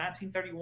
1931